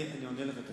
אני עונה לך.